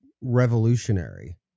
revolutionary